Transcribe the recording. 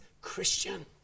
Christian